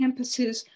campuses